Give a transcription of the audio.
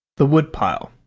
the wood-pile